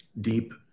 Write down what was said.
deep